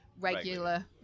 regular